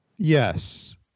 Yes